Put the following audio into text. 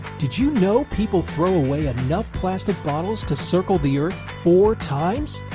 did you know people throw away enough plastic bottles to circle the earth four times?